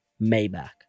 Maybach